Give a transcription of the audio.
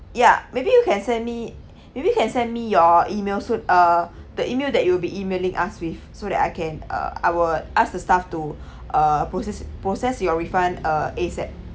ya maybe you can send maybe you can send me your email s~ uh the email that you will be emailing us with so that I can uh I will ask the staff to uh process process your refund uh ASAP